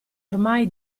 ormai